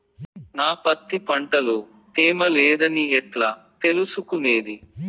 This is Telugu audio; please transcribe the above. నా పత్తి పంట లో తేమ లేదని ఎట్లా తెలుసుకునేది?